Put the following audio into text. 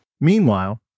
Meanwhile